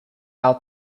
out